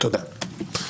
תודה.